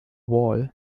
wall